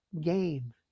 game